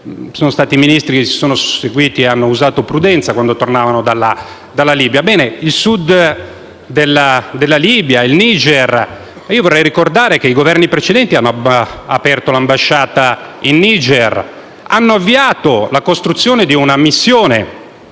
prudenza. I Ministri che si sono susseguiti hanno usato prudenza quando tornavano dalla Libia. A proposito del Sud della Libia e del Niger, io vorrei ricordare che i Governi precedenti hanno aperto l'ambasciata in Niger. Hanno avviato la costruzione di una missione,